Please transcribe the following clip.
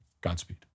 Godspeed